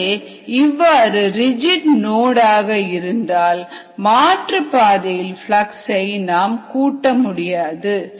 எனவே இவ்வாறு rigid node ஆக இருந்தால் மாற்றுப்பாதையில் பிளக்ஸ் ஐ நாம் கூட்ட முடியாது